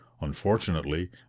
unfortunately